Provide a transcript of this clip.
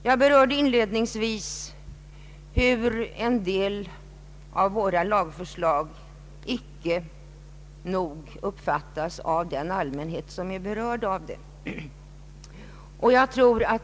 Jag berörde inledningsvis att många beslut om lagändringar inte alltid blir tillräckligt kända bland den allmänhet som berörs av bestämmelserna i fråga.